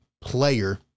player